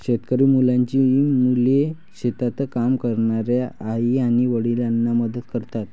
शेतकरी मुलांची मुले शेतात काम करणाऱ्या आई आणि वडिलांना मदत करतात